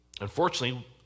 Unfortunately